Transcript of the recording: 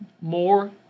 more